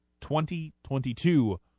2022